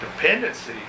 dependency